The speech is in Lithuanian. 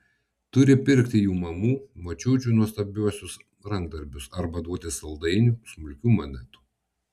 turi pirkti jų mamų močiučių nuostabiuosius rankdarbius arba duoti saldainių smulkių monetų